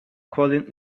calling